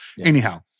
Anyhow